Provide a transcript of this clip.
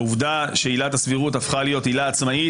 העובדה שעילת הסבירות הפכה להיות עילה עצמאית,